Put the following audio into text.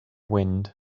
wind